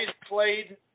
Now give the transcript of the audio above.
played